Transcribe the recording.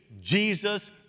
Jesus